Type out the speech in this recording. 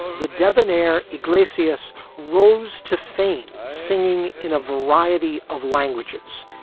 the debonair iglesias rose to fame, singing in a variety of languages,